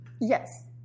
Yes